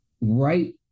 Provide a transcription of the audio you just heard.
right